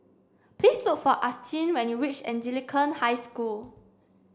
please look for Austyn when you reach Anglican High School